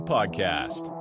Podcast